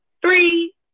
three